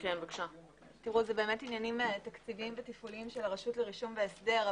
זה באמת עניינים תקציביים ותפעוליים של הרשות והרישום להסדר,